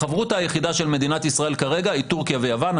החברותא היחידה של מדינת ישראל כרגע היא טורקיה ויוון.